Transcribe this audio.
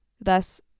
thus